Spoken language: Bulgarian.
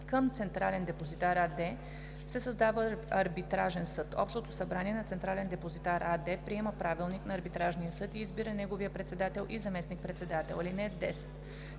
Към „Централен депозитар“ АД се създава арбитражен съд. Общото събрание на „Централен депозитар“ АД приема правилник на арбитражния съд и избира неговия председател и заместник-председател. (10)